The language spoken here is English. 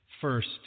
first